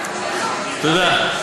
תודה.